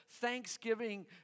Thanksgiving